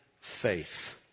faith